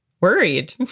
worried